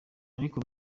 ariko